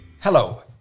Hello